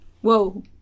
Whoa